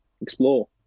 explore